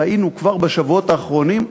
ראינו כבר בשבועות האחרונים,